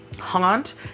haunt